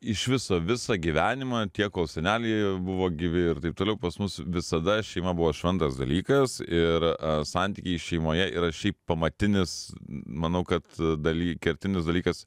iš viso visą gyvenimą tiek kol seneliai buvo gyvi ir taip toliau pas mus visada šeima buvo šventas dalykas ir santykiai šeimoje yra šiaip pamatinis manau kad daly kertinis dalykas